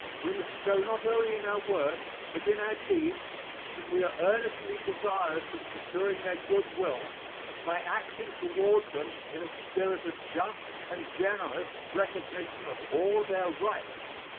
we must show not only in our words but in our deeds that we are earnestly desirous of securing their good will by acting toward them in a spirit of just and generous recognition of all their rights.